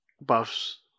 buffs